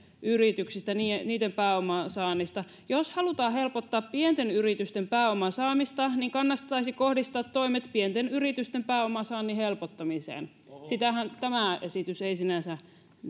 yrityksistä niiden niiden pääoman saannista jos halutaan helpottaa pienten yritysten pääoman saantia niin kannattaisi kohdistaa toimet pienten yritysten pääoman saannin helpottamiseen sitähän tämä esitys ei sinänsä